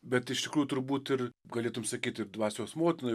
bet iš tikrųjų turbūt ir galėtum sakyt ir dvasios motina